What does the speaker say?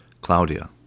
Claudia